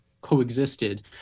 coexisted